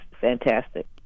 fantastic